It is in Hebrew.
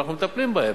ואנחנו מטפלים בהם.